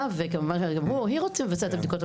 וכמובן שגם הוא או היא רוצה לבצע את הבדיקות.